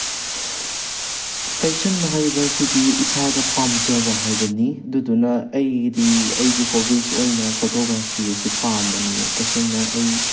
fashion ꯍꯥꯏꯕꯁꯤꯗꯤ ꯏꯁꯥꯗ ꯄꯥꯝꯖꯕ ꯍꯥꯏꯕꯅꯤ ꯑꯗꯨꯗꯨꯅ ꯑꯩꯒꯤꯗꯤ ꯑꯩꯒꯤ ꯍꯣꯕꯤꯁ ꯑꯣꯏꯅ ꯐꯣꯇꯣꯒ꯭ꯔꯥꯐꯤ ꯑꯁꯤ ꯄꯥꯝꯕꯅꯤ ꯇꯁꯦꯡꯅ ꯑꯩ